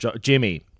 Jimmy